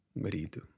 Marido